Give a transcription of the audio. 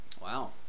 Wow